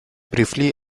briefly